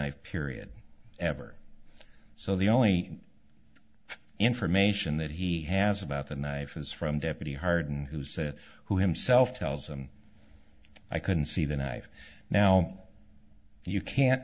knife period ever so the only information that he has about the knife is from deputy harden who said who himself tells them i couldn't see the knife now you can't